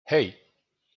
hey